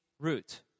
root